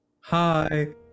hi